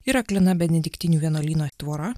ir aklina benediktinių vienuolyno tvora